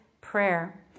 prayer